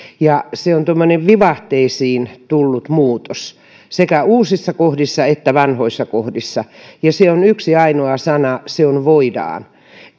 se on tuommoinen vivahteisiin tullut muutos sekä uusissa kohdissa että vanhoissa kohdissa ja se on yksi ainoa sana se on voidaan